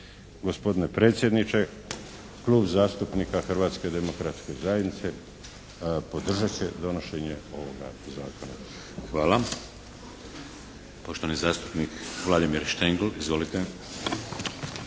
Gospodine predsjedniče, klub zastupnika Hrvatske demokratske zajednice podržat će donošenje ovoga zakona. **Šeks, Vladimir (HDZ)** Hvala. Poštovani zastupnik Vladimir Štengl. Izvolite.